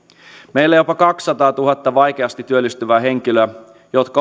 meillä on jopa kaksisataatuhatta vaikeasti työllistyvää henkilöä jotka